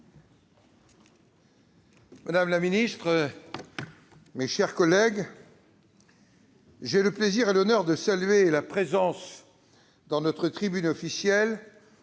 des transports, mes chers collègues, j'ai le plaisir et l'honneur de saluer la présence dans notre tribune officielle